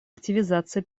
активизация